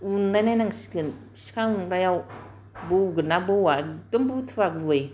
उननायनायनांसिगोन सिखा उनग्रायाव बौगोनना बौआ एखदम बुथुवा गुबै